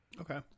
Okay